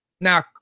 Now